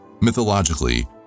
Mythologically